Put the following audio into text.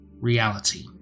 reality